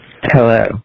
Hello